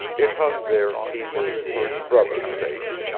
it hung there, he knew, for his brother's sake.